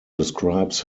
describes